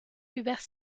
hubert